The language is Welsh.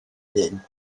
hyn